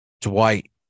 dwight